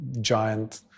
giant